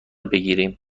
بگیریم